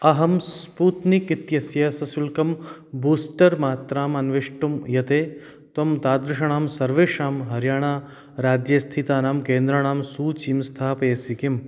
अहं स्पूत्निक् इत्यस्य सशुल्कं बूस्टर् मात्राम् अन्विष्टुं यते त्वं तादृशाणां सर्वेषां हर्याणाराज्ये स्थितानां केन्द्राणां सूचीं स्थापयसि किम्